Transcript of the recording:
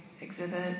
exhibit